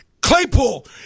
Claypool